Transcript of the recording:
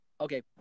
okay